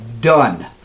Done